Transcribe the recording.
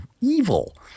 evil